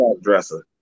dresser